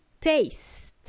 taste